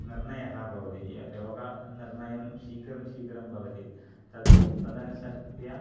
निर्णयः भवति रोगनिर्णयं शीघ्रं शीघ्रं भवति तत् तदनुसृत्य